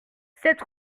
cette